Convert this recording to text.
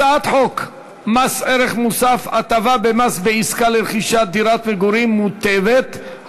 הצעת חוק מס ערך מוסף (הטבה במס בעסקה לרכישת דירת מגורים מוטבת),